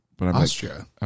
Austria